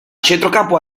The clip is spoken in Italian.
centrocampo